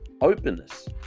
openness